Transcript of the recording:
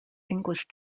english